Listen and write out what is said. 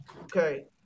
Okay